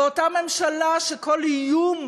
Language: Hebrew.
אותה ממשלה, שכל איום